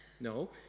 No